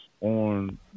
on